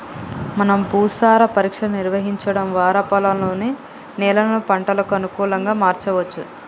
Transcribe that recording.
మనం భూసార పరీక్షలు నిర్వహించడం వారా పొలంలోని నేలను పంటలకు అనుకులంగా మార్చవచ్చు